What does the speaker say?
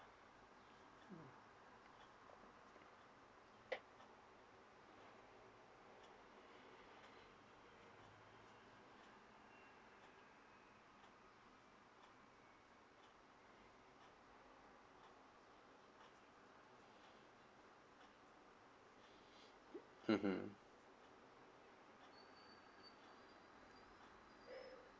mmhmm